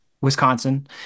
Wisconsin